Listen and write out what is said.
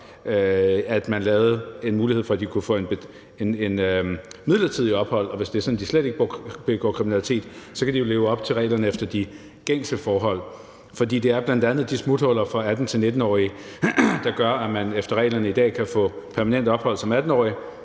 at man lavede en mulighed for, at de kunne få en midlertidig opholdstilladelse, og hvis det var sådan, at de slet ikke begik kriminalitet, kunne de jo leve op til reglerne efter de gængse forhold. For det er bl.a. de smuthuller for 18-19-årige, der gør, at man efter reglerne i dag kan få permanent opholdstilladelse som 18-årig,